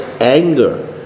anger